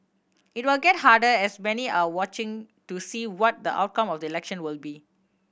it will get harder as many are watching to see what the outcome of the election will be